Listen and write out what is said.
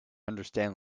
understand